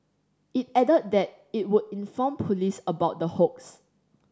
it added that it would inform police about the hoax